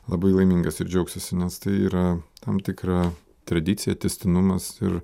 labai laimingas ir džiaugsiuosi nes tai yra tam tikra tradicija tęstinumas ir